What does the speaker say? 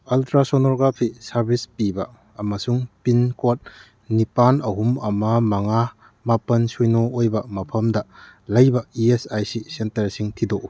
ultrasonography service ꯄꯤꯕ ꯑꯃꯁꯨꯡ pin code ꯅꯤꯄꯥꯟ ꯑꯍꯨꯝ ꯑꯃ ꯃꯉꯥ ꯃꯥꯄꯟ ꯁꯨꯏꯅꯣ ꯑꯣꯏꯕ ꯃꯐꯝꯗ ꯂꯩꯕ ꯏ ꯑꯦꯁ ꯑꯥꯏ ꯁꯤ ꯁꯦꯟꯇꯔꯁꯤꯡ ꯊꯤꯗꯣꯛꯎ